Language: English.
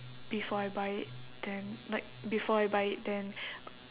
before I buy then like before I buy then